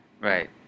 Right